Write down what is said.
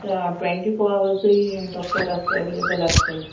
twenty four हावर्सूय doctor आसताय available आसताय